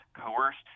coerced